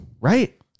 right